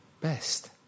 Best